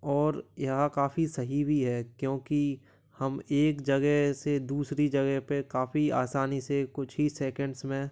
और यहाँ काफ़ी सही भी है क्योंकि हम एक जगह से दूसरी जगह पर काफ़ी आसानी से कुछ ही सेकंड में